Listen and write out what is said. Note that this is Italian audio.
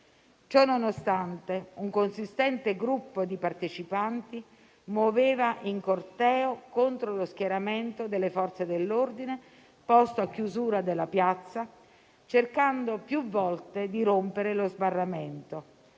Ciononostante un consistente gruppo di partecipanti muoveva in corteo contro lo schieramento delle Forze dell'ordine posto a chiusura della piazza, cercando più volte di rompere lo sbarramento.